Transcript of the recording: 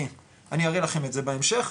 אני אראה לכם את זה בהמשך,